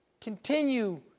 Continue